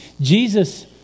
Jesus